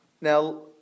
Now